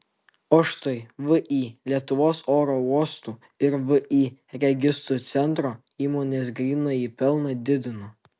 o štai vį lietuvos oro uostų ir vį registrų centro įmonės grynąjį pelną didino